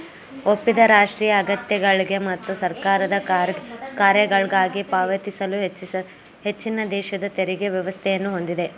ಒಪ್ಪಿದ ರಾಷ್ಟ್ರೀಯ ಅಗತ್ಯಗಳ್ಗೆ ಮತ್ತು ಸರ್ಕಾರದ ಕಾರ್ಯಗಳ್ಗಾಗಿ ಪಾವತಿಸಲು ಹೆಚ್ಚಿನದೇಶದ ತೆರಿಗೆ ವ್ಯವಸ್ಥೆಯನ್ನ ಹೊಂದಿದೆ